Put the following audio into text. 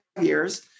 years